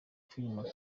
filime